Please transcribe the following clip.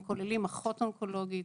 הם כוללים אחות אונקולוגית,